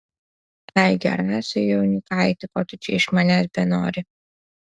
ai gerasai jaunikaiti ko tu čia iš manęs benori